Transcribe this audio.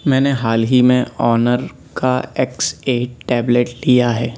میں نے حال ہی میں آنر کا ایکس ایٹ ٹیبلیٹ لیا ہے